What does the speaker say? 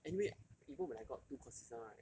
anyway even when I got two consistent right